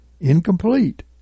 incomplete